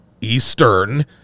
Eastern